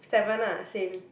seven uh same